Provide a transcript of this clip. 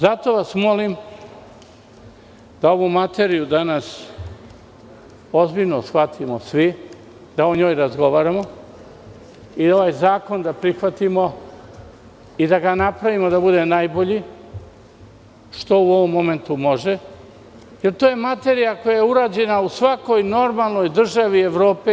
Zato vas molim, da ovu materiju danas ozbiljno shvatimo svi, da o njoj razgovaramo, i da prihvatimo ovaj zakon i da ga napravimo da bude najbolji, što može u ovom momentu, jer to je materija koja je uređena u svakoj normalnoj državi i Evropi.